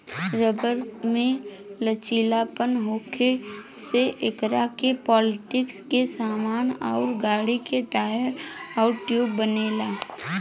rubber में लचीलापन होखे से एकरा से पलास्टिक के सामान अउर गाड़ी के टायर आ ट्यूब बनेला